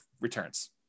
returns